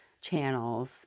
channels